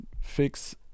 fix